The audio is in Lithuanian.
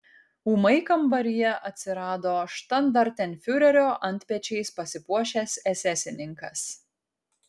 ūmai kambaryje atsirado štandartenfiurerio antpečiais pasipuošęs esesininkas